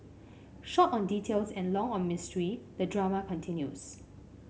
short on details and long on mystery the drama continues